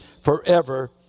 forever